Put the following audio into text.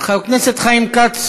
חבר הכנסת חיים כץ,